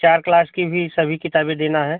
चार क्लास की भी सभी किताबें देना है